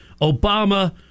Obama